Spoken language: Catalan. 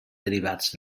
derivats